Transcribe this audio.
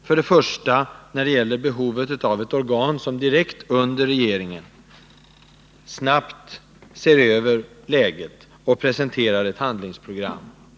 För det första föreslås att riksdagen ger regeringen till känna att det behövs ett organ direkt under regeringen som snabbt gör en översyn av läget på detta område och presenterar ett handlingsprogram.